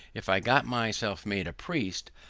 if i got myself made a priest,